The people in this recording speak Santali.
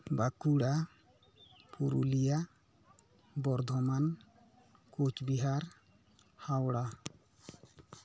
ᱵᱟᱸᱠᱩᱲᱟ ᱯᱩᱨᱩᱞᱤᱭᱟ ᱵᱚᱨᱫᱷᱚᱢᱟᱱ ᱠᱩᱪᱵᱤᱦᱟᱨ ᱦᱟᱣᱲᱟ